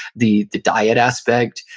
the the diet aspect,